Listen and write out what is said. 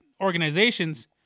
organizations